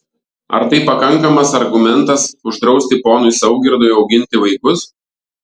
ar tai pakankamas argumentas uždrausti ponui saugirdui auginti vaikus